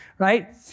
right